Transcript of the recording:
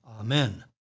Amen